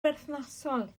berthnasol